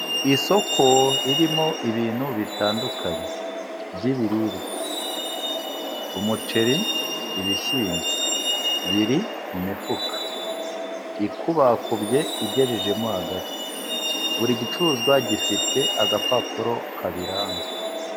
Isoko ririmo ibintu bitandukanye by'ibiribwa umuceri, ibishyimbo biri mu mifuka ikubakubye igejejemo hagati buri gicuruzwa gifite agapapuro kabiranga.